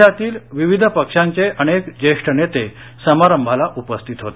देशातील विविध पक्षांचे अनेक ज्येष्ठ नेते समारंभाला उपस्थित होते